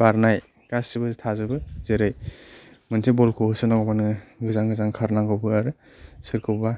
बारनाय गासैबो थाजोबो जेरै मोनसे बलखौ होसोनांगौबा नोङो गोजान गोजान खारनांगौबो आरो सोरखौबा